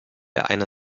eine